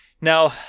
Now